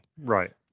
right